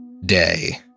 day